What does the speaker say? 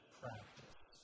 practice